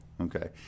Okay